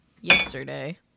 yesterday